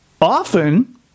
often